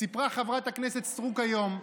סיפרה חברת הכנסת סטרוק היום,